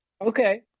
Okay